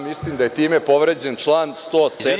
Mislim da je time povređen član 107.